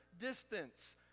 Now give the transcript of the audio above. distance